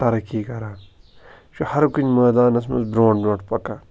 ترقی کَران یہِ چھُ ہر کُنہِ مٲدانَس منٛز برونٛٹھ برونٛٹھ پَکان